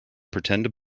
pretended